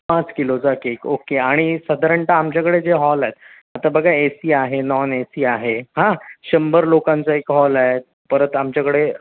पाच किलोचा cake okay आणि साधारणतः आमच्याकडे जे हॉल आहेत आता बघा ए सी आहे नॉन ए सी आहे हां शंभर लोकांचा एक हॉल आहे परत आमच्याकडे